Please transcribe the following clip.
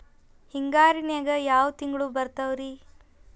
ಹಿಂಗಾರಿನ್ಯಾಗ ಯಾವ ತಿಂಗ್ಳು ಬರ್ತಾವ ರಿ?